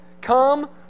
come